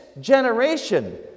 generation